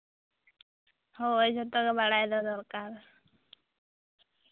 ᱦᱳᱭ ᱡᱷᱚᱛᱚᱜᱮ ᱵᱟᱲᱟᱭ ᱫᱚ ᱫᱚᱨᱠᱟᱨ